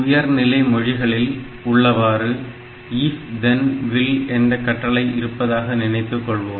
உயர்நிலை மொழிகளில் உள்ளவாறு if then will என்ற கட்டளை இருப்பதாக நினைத்துக் கொள்வோம்